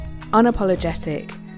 unapologetic